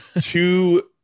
Two